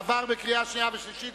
עבר בקריאה שנייה וקריאה שלישית,